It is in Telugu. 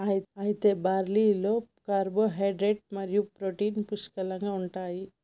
అయితే బార్లీలో కార్పోహైడ్రేట్లు మరియు ప్రోటీన్లు పుష్కలంగా ఉంటాయి